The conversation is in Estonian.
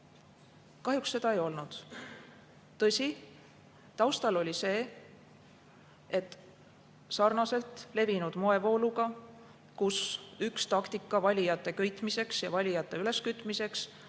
Kahjuks seda ei olnud. Tõsi, taustal oli see, et sarnaselt levinud moevooluga, kus üks taktika valijate köitmiseks ja valijate üleskütmiseks